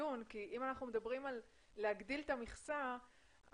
אם אנחנו מדברים על הגדלת המכסה אנחנו